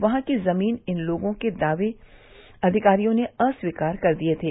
वहां की जमीन पर इन लोगों के दावे अधिकारियों ने अस्वीकार कर दिये थे